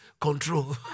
control